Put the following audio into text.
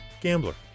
Gambler